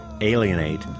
Alienate